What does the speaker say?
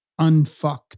Unfucked